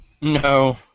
No